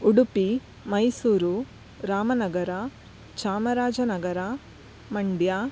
Udupi Mysuru Ramanagara Chamarajanagar Mandya